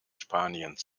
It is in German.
spaniens